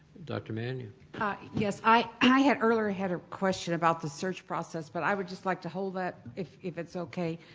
dr. mann, you ah yes. i i had earlier i had a question about the search process but i would just like to hold that if if it's okay.